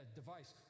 device